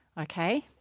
Okay